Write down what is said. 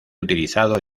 utilizado